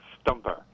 stumper